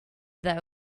though